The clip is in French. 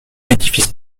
édifice